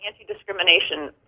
anti-discrimination